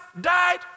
died